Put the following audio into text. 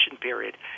period